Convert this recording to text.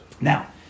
Now